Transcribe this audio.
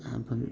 അപ്പം